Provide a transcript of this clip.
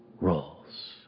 roles